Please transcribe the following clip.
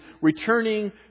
returning